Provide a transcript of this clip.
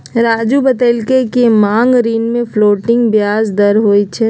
राज़ू बतलकई कि मांग ऋण में फ्लोटिंग ब्याज दर होई छई